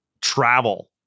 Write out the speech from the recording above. travel